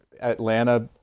Atlanta